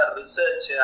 research